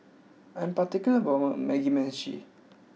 I am particular about my Mugi Meshi